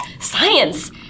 science